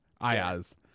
Ayaz